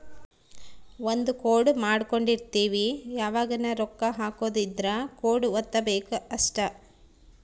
ಒಂದ ಕೋಡ್ ಮಾಡ್ಕೊಂಡಿರ್ತಿವಿ ಯಾವಗನ ರೊಕ್ಕ ಹಕೊದ್ ಇದ್ರ ಕೋಡ್ ವತ್ತಬೆಕ್ ಅಷ್ಟ